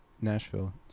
Nashville